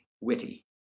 witty